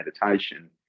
meditation